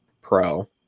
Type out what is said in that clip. pro